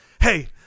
Hey